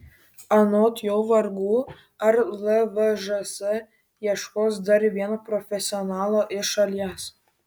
anot jo vargu ar lvžs ieškos dar vieno profesionalo iš šalies